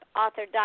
author